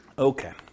Okay